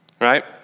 right